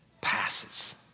passes